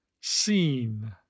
seen